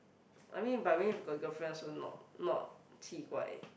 I mean but mean if got girlfriend also not not 奇怪